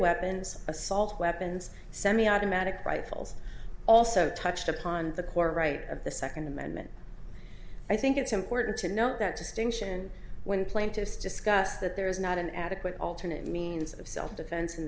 weapons assault weapons semiautomatic rifles also touched upon the core right of the second amendment i think it's important to note that distinction when plaintiffs discuss that there is not an adequate alternate means of self defense in